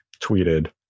tweeted